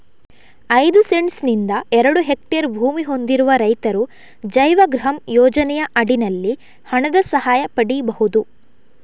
ಐದು ಸೆಂಟ್ಸ್ ನಿಂದ ಎರಡು ಹೆಕ್ಟೇರ್ ಭೂಮಿ ಹೊಂದಿರುವ ರೈತರು ಜೈವಗೃಹಂ ಯೋಜನೆಯ ಅಡಿನಲ್ಲಿ ಹಣದ ಸಹಾಯ ಪಡೀಬಹುದು